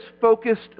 focused